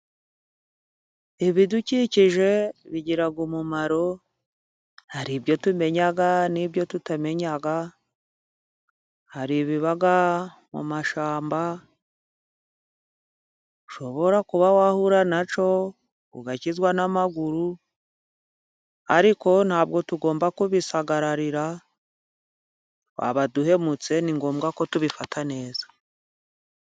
Ibidukikije bigira umumaro, hari ibyo tumenya n'ibyo tutamenya hari ibiba mu mashyamba ushobora kuba wahura na cyo ugakizwa n'amaguru, ariko ntabwo tugomba kubisagararira twaba duhemutse ni ngombwa ko tubifata neza.